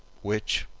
which,